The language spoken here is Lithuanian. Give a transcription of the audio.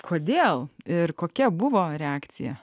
kodėl ir kokia buvo reakcija